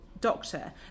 doctor